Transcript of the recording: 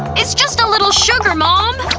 it's just a little sugar, mom!